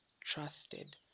trusted